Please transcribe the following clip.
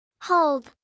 Hold